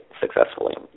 successfully